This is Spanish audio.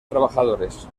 trabajadores